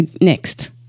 next